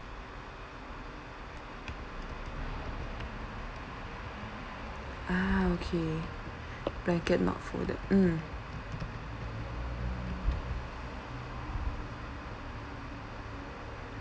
ah okay blanket not folded mm